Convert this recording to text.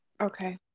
Okay